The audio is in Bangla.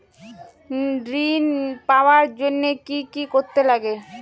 ঋণ পাওয়ার জন্য কি কি করতে লাগে?